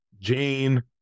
Jane